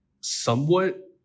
somewhat